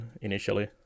initially